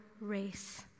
race